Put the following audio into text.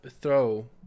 throw